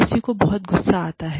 किसी को बहुत गुस्सा आता है